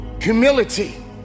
Humility